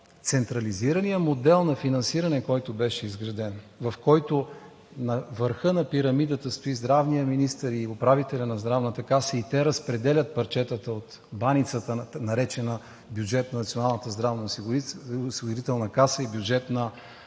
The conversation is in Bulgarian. централизираният модел на финансиране, който беше изграден, в който на върха на пирамидата стои здравният министър и управителят на Здравната каса и те разпределят парчетата от баницата, наречена „Бюджет на Националната здравноосигурителна каса“ и „Бюджет на